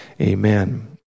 Amen